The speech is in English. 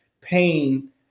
pain